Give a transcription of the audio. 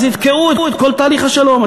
אז יתקעו את כל תהליך השלום.